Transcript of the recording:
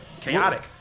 Chaotic